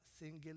single